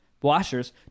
Washers